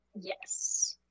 Yes